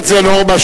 בהחלט זו נורמה,